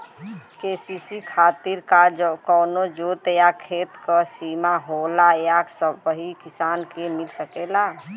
KCC खातिर का कवनो जोत या खेत क सिमा होला या सबही किसान के मिल सकेला?